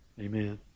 Amen